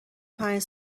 پنج